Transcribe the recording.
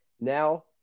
Now